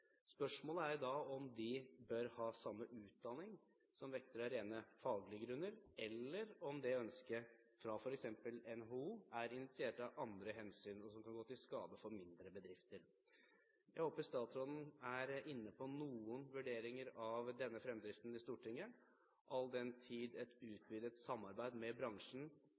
Spørsmålet er da om de bør ha samme utdanning som vektere av rene faglige grunner, eller om dette ønsket fra f.eks. NHO er initiert av andre hensyn og kan være til skade for mindre bedrifter. Jeg håper statsråden vil komme inn på noen vurderinger om denne fremdriften i Stortinget – all den tid et utvidet samarbeid med bransjen